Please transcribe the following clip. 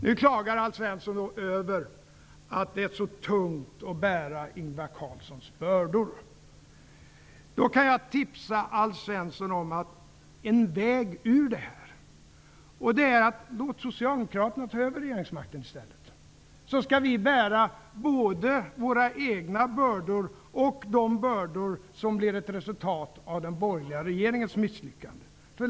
Nu klagar Alf Svensson över att det är tungt att bära Ingvar Carlssons bördor. Jag kan tipsa Alf Svensson om en väg ur detta. Låt Socialdemokraterna ta över regeringsmakten. Vi skall bära både våra egna bördor och de bördor som blev ett resultat av den borgerliga regeringens misslyckanden.